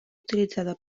utilitzada